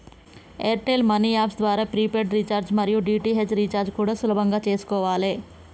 air tell money app ద్వారా prepaid recharge మరియు DTH recharge కూడా సులభంగా చేసుకోవాలే